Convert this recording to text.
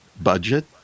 budget